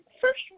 first